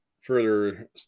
further